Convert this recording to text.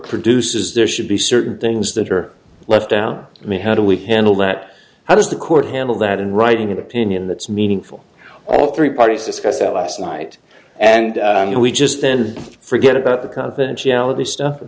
produces there should be certain things that are left out i mean how do we handle that how does the court handle that and writing an opinion that's meaningful all three parties discuss our last night and we just then forget about the confidentiality stuff